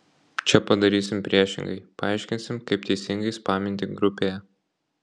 čia padarysim priešingai paaiškinsim kaip teisingai spaminti grupėje